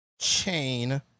chain